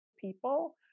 people